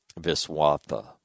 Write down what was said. Viswatha